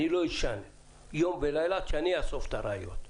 אני לא אשן יום ולילה עד שאני אאסוף את הראיות.